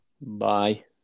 Bye